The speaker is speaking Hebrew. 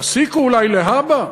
תסיקו אולי להבא.